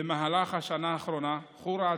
במהלך השנה האחרונה: חורה,